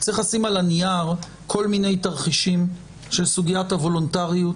צריך לשים על הנייר כל מיני תרחישים של סוגיית הוולונטריות,